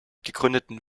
gegründeten